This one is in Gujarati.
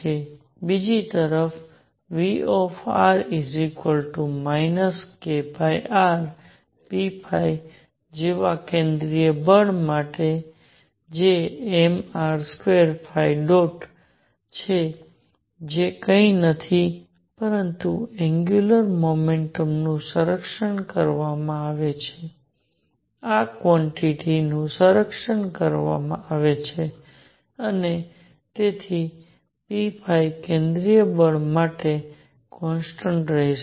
બીજી તરફ V kr p જેવા કેન્દ્રીય બળ માટે જે mr2 છે જે કંઈ નથી પરંતુ એંગ્યુલર મોમેન્ટમનું સંરક્ષણ કરવામાં આવે છે આ કવાંટીટીનું સંરક્ષણ કરવામાં આવે છે અને તેથી p કેન્દ્રીય બળ માટે કોન્સટન્ટ રહેશે